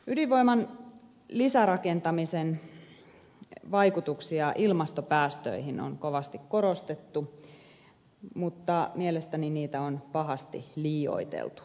ydinvoiman lisärakentamisen vaikutuksia ilmastopäästöihin on kovasti korostettu mutta mielestäni niitä on pahasti liioiteltu